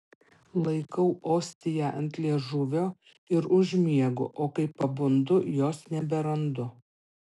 laikau ostiją ant liežuvio ir užmiegu o kai pabundu jos neberandu